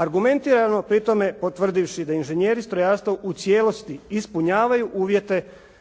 Argumentirano pri tome potvrdivši da inženjeri strojarstva u cijelosti ispunjavaju uvjete